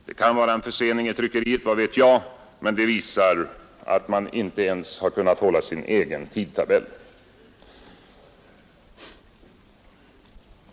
Det kan vara en försening i tryckeriet — vad vet jag — men det visar att regeringen inte ens har kunnat hålla sin egen tidtabell.